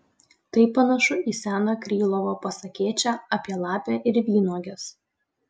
tai panašu į seną krylovo pasakėčią apie lapę ir vynuoges